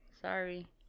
Sorry